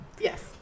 Yes